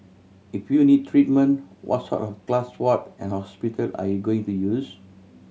if you need treatment what sort of class ward and hospital are you going to use